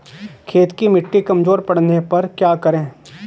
खेत की मिटी कमजोर पड़ने पर क्या करें?